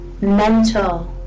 mental